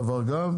עבר גם.